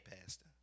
Pastor